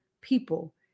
people